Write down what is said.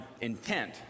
intent